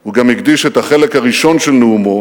הוא גם הקדיש את החלק הראשון של נאומו